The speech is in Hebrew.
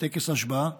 בטקס השבעה